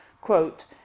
quote